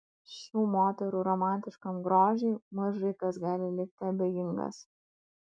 šių moterų romantiškam grožiui mažai kas gali likti abejingas